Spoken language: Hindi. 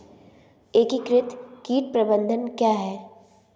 एकीकृत कीट प्रबंधन क्या है?